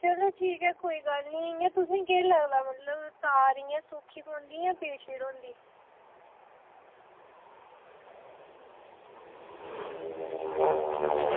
चलो ठीक ऐ कोेई गल्ल निं इ'यां तुसेंगी केह् लगदा मतलब तार इ'यां सौखी पौंदी जां इ'यां पीड़ होंदी